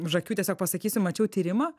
už akių tiesiog pasakysiu mačiau tyrimą